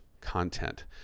content